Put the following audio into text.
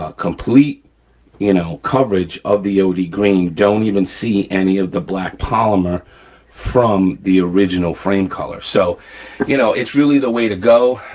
ah complete you know coverage of the ah od green don't even see any of the black polymer from the original frame color. so you know it's really the way to go,